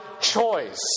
choice